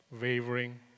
wavering